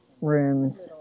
rooms